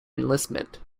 enlistment